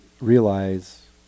realize